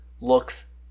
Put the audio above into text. looks